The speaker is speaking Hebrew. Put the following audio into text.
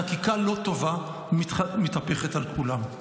חקיקה לא טובה מתהפכת על כולם.